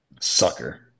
Sucker